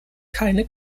keine